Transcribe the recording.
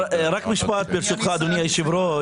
משפט אחד, אדוני היושב-ראש.